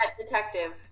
Detective